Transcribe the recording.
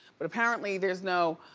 but apparently there's no